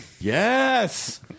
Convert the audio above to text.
Yes